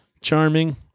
charming